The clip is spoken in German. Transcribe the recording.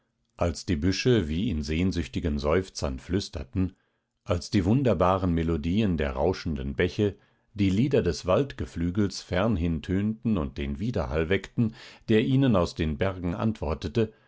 als die büsche wie in sehnsüchtigen seufzern flüsterten als die wunderbaren melodien der rauschenden bäche die lieder des waldgeflügels fernhin tönten und den widerhall weckten der ihnen aus den bergen antwortete